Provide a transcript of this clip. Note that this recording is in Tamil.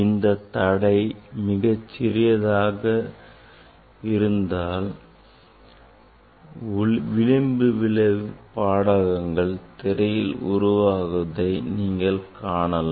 இந்தத் தடை மிகச்சிறியதாக இருந்தால் விளிம்பு விளைவு பாடகங்கள் திரையில் உருவாவதை நீங்கள் காணலாம்